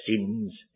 sins